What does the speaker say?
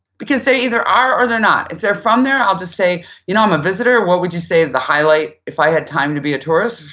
because they either are or they're not. if they're from there, i'll just say you know i'm a visitor, what would you say the highlight, if i had time to be a tourist,